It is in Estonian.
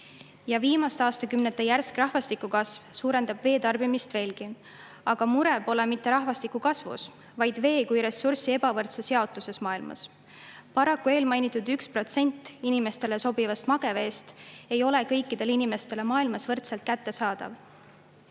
Ja viimaste aastakümnete järsk rahvastiku kasv suurendab vee tarbimist veelgi. Aga mure pole mitte rahvastiku kasvus, vaid vee kui ressursi ebavõrdses jaotuses maailmas. Paraku eelmainitud 1% inimestele sobivast mageveest ei ole kõikidele inimestele maailmas võrdselt kättesaadav.